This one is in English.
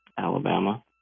Alabama